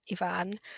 Ivan